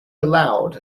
aloud